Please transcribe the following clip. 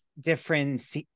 different